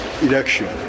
election